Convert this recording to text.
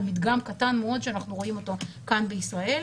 זה על מדגם קטן מאוד שאנחנו רואים אותו כאן בישראל.